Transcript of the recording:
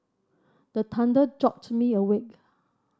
the thunder jolt me awake